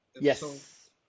yes